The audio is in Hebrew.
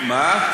מה?